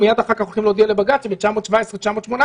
ומייד אחר כך הולכים להודיע לבג"ץ אם יש 917 או 918,